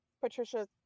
Patricia